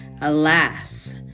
Alas